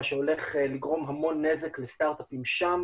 מה שהולך לגרום המון נזק לסטרטאפים שם.